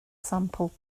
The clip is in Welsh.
sampl